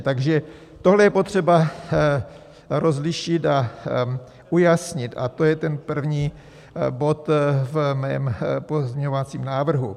Takže tohle je potřeba rozlišit a ujasnit a to je první bod v mém pozměňovacím návrhu.